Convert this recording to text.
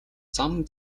зам